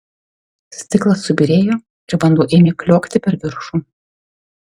stiklas subyrėjo ir vanduo ėmė kliokti per viršų